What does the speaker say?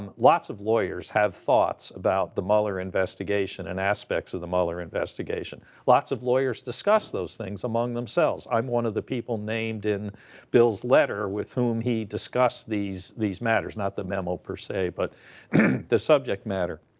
um lots of lawyers have thoughts about the mueller investigation and aspects of the mueller investigation. lots of lawyers discuss those things among themselves. i'm one of the people named in bill's letter with whom he discussed these these matters, not the memo, per se, but the subject matter.